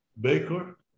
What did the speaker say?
baker